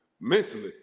Mentally